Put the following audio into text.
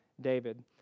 David